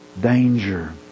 danger